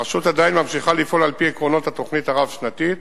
הרשות עדיין ממשיכה לפעול על-פי עקרונות התוכנית הרב-שנתית